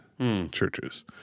churches